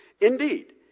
Indeed